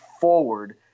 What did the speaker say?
forward